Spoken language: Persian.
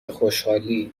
خوشحال